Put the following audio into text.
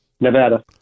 Nevada